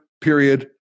period